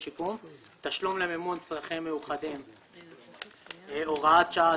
ושיקום)(תשלום למימון צרכים מיוחדים)(הוראת שעה),